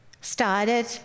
started